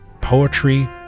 poetry